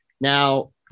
Now